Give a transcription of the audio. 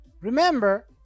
Remember